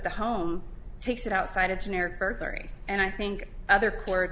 the home takes it outside of generic berkery and i think other court